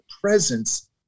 presence